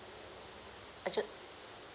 actually